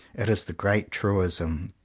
it is the great truism,